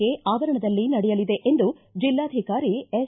K ಆವರಣದಲ್ಲಿ ನಡೆಯಲಿದೆ ಎಂದು ಜಿಲ್ಲಾಧಿಕಾರಿ ಎಸ್